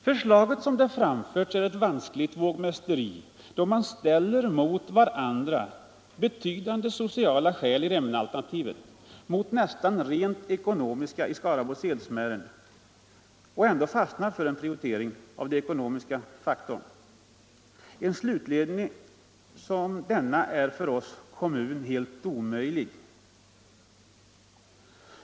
Förslaget som det framlagts är ett vanskligt vågmästeri, då man ställer mot varandra sociala skäl i Remmenealternativet mot nästan rent ekonomiska i Skaraborgs Edsmären och vidare fastnar för en prioritering av den ekonomiska faktorn. En slutledning som denna är för oss som kommun helt omöjlig.